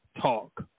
Talk